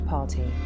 Party